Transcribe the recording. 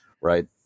right